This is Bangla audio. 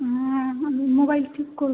হুম আমি মোবাইল ঠিক করবো